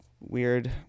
weird